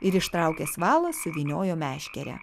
ir ištraukęs valą suvyniojo meškerę